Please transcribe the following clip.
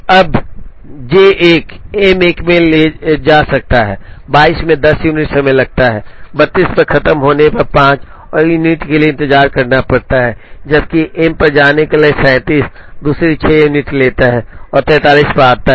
अब J 1 M 1 में जा सकता है 22 में 10 यूनिट समय लगता है 32 पर खत्म होने पर 5 और यूनिट के लिए इंतजार करना पड़ता है जबकि M पर जाने के लिए 37 दूसरी 6 यूनिट लेता है और 43 पर आता है